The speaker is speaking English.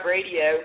Radio